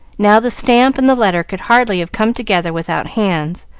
now, the stamp and the letter could hardly have come together without hands,